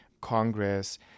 Congress